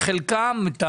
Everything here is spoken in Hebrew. את חלקם?